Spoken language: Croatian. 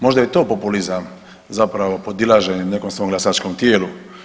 Možda je to populizam zapravo podilaženje nekom svom glasačkom tijelu.